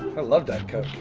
i love diet coke.